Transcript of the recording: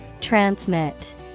Transmit